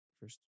first